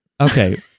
Okay